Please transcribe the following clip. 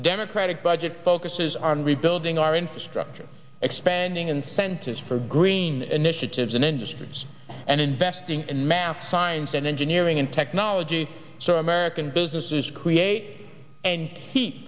democratic budget focuses on rebuilding our infrastructure expanding incentives for green initiatives in industries and investing in math science and engineering and technology american businesses create and he